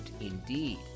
Indeed